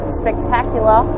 spectacular